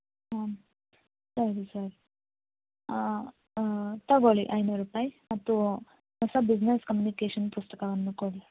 ಹ್ಞೂ ಸರಿ ಸರ್ ತೊಗೊಳ್ಳಿ ಐನೂರು ರೂಪಾಯಿ ಮತ್ತು ಹೊಸ ಬಿಸ್ನೆಸ್ ಕಮ್ಯುನಿಕೇಷನ್ ಪುಸ್ತಕವನ್ನು ಕೊಡಿ